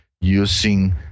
using